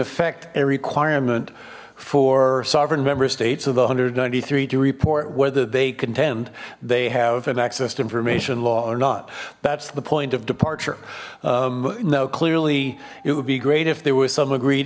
effect a requirement for sovereign member states of the one hundred and ninety three to report whether they contend they have an access to information law or not that's the point of departure now clearly it would be great if there was some agreed